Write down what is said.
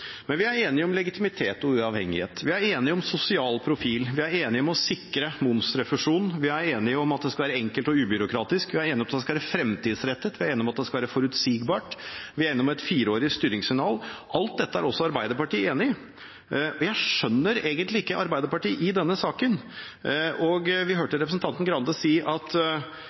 Men vi er enige om legitimitet og uavhengighet. Vi er enige om sosial profil. Vi er enige om å sikre momsrefusjon. Vi er enige om at det skal være enkelt og ubyråkratisk. Vi er enige om at det skal være fremtidsrettet. Vi er enige om at det skal være forutsigbart. Vi er enige om et fireårig styringssignal. Alt dette er også Arbeiderpartiet enig i, og jeg skjønner egentlig ikke Arbeiderpartiet i denne saken. Vi hørte representanten Arild Grande si at